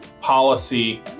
policy